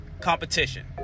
competition